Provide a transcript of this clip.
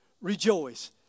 rejoice